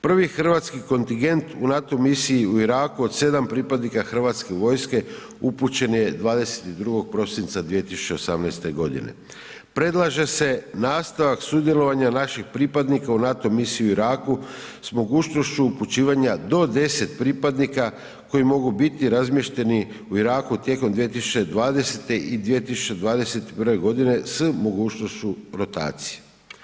Prvi hrvatski kontingent u NATO misiji i u Iraku od 7 pripadnika Hrvatske vojske upućen je 22. prosinca 2018.g. Predlaže se nastavak sudjelovanja naših pripadnika u NATO misiji u Iraku s mogućnošću upućivanja do 10 pripadnika koji mogu biti razmješteni u Iraku tijekom 2020. i 2021.g. s mogućnošću rotacije.